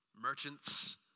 merchants